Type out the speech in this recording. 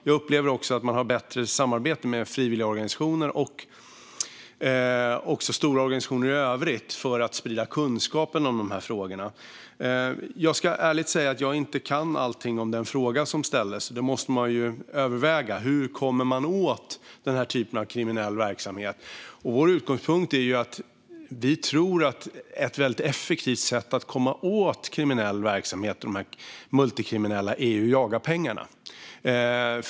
Jag upplever också att man har bättre samarbete med frivilligorganisationer och även stora organisationer i övrigt för att sprida kunskap om de här frågorna. Jag ska ärligt säga att jag inte kan allting om den fråga som ställdes. Man måste överväga frågan om hur man kommer åt denna typ av kriminell verksamhet. Vår utgångspunkt är att vi tror att ett effektivt sätt att komma åt kriminell verksamhet hos de här multikriminella är att jaga pengarna.